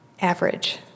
Average